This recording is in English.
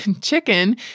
chicken